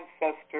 ancestor